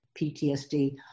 PTSD